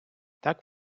так